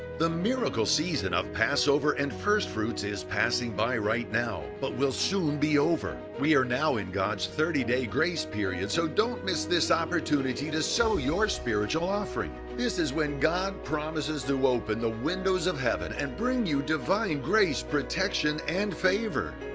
the miracle season of passover and first fruits is passing by right now but will soon be over. we are now in god's thirty day grace period. so don't miss this opportunity to sow your spiritual offering. this is when god promises to open the windows of heaven and bring you divine grace, protection and favor.